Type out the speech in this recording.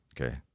Okay